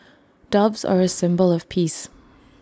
doves are A symbol of peace